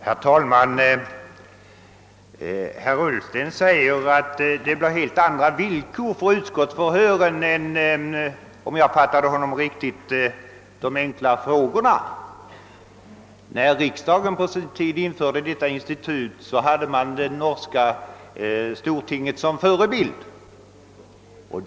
Herr talman! Herr Ullsten säger att villkoren för utskottsförhören blir helt andra än — om jag fattade honom riktigt — villkoren för de enkla frågorna. När riksdagen på sin tid införde detta frågeinstitut hade man det norska stortinget som förebild.